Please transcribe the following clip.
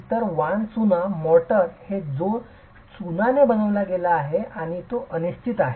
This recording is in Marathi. इतर वाण चुना मोर्टार आहे जो चुनाने बनविला गेला आहे आणि हे निश्चितच आहे